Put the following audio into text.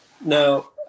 Now